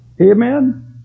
Amen